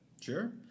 sure